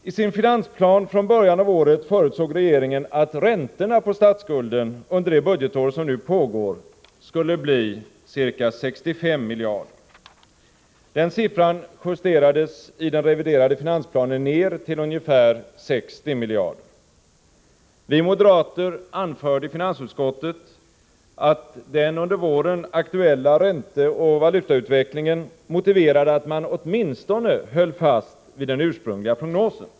I sin finansplan från början av året förutsåg regeringen att räntorna på statsskulden under det budgetår som nu pågår skulle bli ca 65 miljarder. Den siffran justerades i den reviderade finansplanen ned till ungefär 60 miljarder. Vi moderater anförde i finansutskottet att den under våren aktuella ränteoch valutautvecklingen motiverade att man åtminstone höll fast vid den ursprungliga prognosen.